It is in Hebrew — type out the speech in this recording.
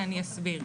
ואני אסביר.